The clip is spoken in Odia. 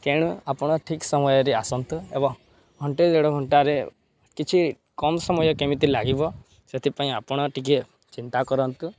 ତେଣୁ ଆପଣ ଠିକ୍ ସମୟରେ ଆସନ୍ତୁ ଏବଂ ଘଣ୍ଟେ ଦେଢ଼ ଘଣ୍ଟାରେ କିଛି କମ୍ ସମୟ କେମିତି ଲାଗିବ ସେଥିପାଇଁ ଆପଣ ଟିକେ ଚିନ୍ତା କରନ୍ତୁ